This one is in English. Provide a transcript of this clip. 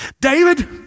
David